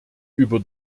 über